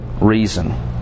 reason